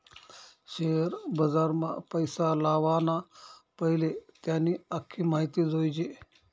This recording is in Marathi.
शेअर बजारमा पैसा लावाना पैले त्यानी आख्खी माहिती जोयजे